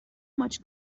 much